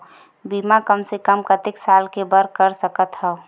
बीमा कम से कम कतेक साल के बर कर सकत हव?